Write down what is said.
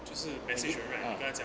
就是 messaging right 你跟他讲